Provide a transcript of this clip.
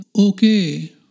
okay